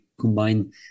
combine